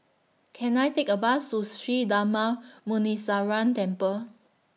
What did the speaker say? Can I Take A Bus to Sri Darma Muneeswaran Temple